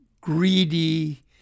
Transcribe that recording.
greedy